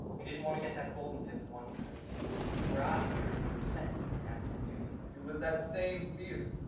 you didn't want to get that golden fifth one because you were out of here, and you were sent in active duty. it was that same fear,